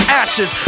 ashes